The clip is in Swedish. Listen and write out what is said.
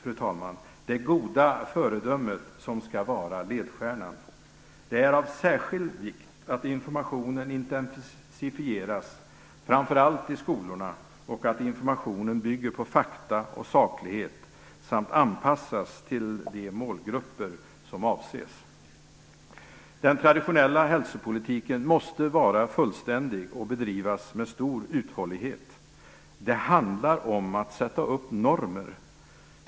Det är det goda föredömet som skall vara ledstjärnan. Det är av särskild vikt att informationen intensifieras, framför allt i skolorna, och att den bygger på fakta och saklighet samt anpassas till de målgrupper som avses. Den traditionella hälsopolitiken måste vara fullständig och bedrivas med stor uthållighet. Det handlar om att skapa normer.